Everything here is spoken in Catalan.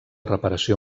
reparació